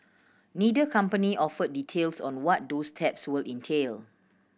neither company offered details on what those steps will entail